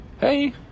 Hey